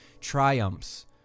triumphs